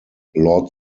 lord